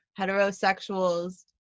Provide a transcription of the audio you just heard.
heterosexuals